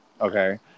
Okay